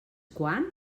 quan